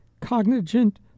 cognizant